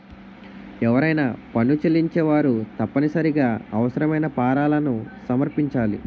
ఎవరైనా పన్ను చెల్లించేవారు తప్పనిసరిగా అవసరమైన ఫారాలను సమర్పించాలి